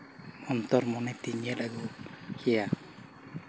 ᱚᱱᱛᱚᱨ ᱢᱚᱱᱮ ᱛᱤᱧ ᱧᱮᱞ ᱟᱹᱜᱩ ᱠᱮᱭᱟ